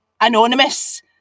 anonymous